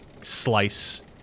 slice